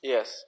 Yes